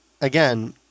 again